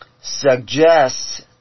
suggests